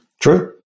True